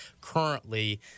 currently